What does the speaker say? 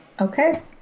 Okay